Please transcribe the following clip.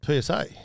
PSA